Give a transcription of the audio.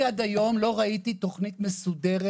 אני עד היום לא ראיתי תוכנית מסודרת,